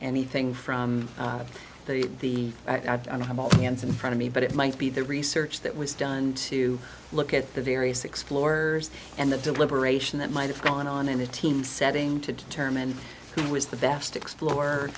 anything from the i don't have all hands in front of me but it might be the research that was done to look at the various explorers and the deliberation that might have gone on in a team setting to determine who was the best explore